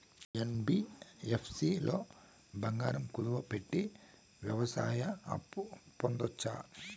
NBFC లో బంగారం కుదువు పెట్టి వ్యవసాయ అప్పు పొందొచ్చా?